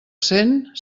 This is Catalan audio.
cent